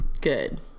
good